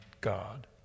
God